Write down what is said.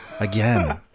Again